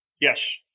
Yes